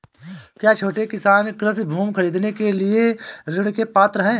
क्या छोटे किसान कृषि भूमि खरीदने के लिए ऋण के पात्र हैं?